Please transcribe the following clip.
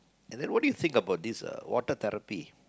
and then what do you think about this water therapy